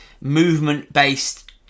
movement-based